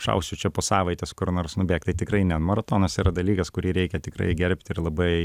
šausiu čia po savaitės kur nors nubėgt tai tikrai ne maratonas yra dalykas kurį reikia tikrai gerbti ir labai